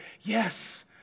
yes